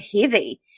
heavy